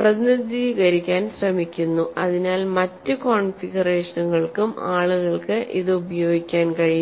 പ്രതിനിധീകരിക്കാൻ ശ്രമിക്കുന്നു അതിനാൽ മറ്റ് കോൺഫിഗറേഷനുകൾക്കും ആളുകൾക്ക് ഇത് ഉപയോഗിക്കാൻ കഴിയും